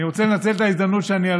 אני רוצה לנצל את ההזדמנות שאני על